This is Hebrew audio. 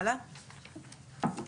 שקף הבא,